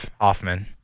Hoffman